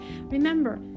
Remember